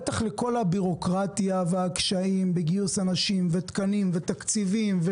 בטח לכל הבירוקרטיה והקשיים בגיוס אנשים ותקנים ותקציבים,